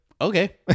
okay